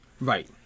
Right